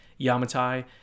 Yamatai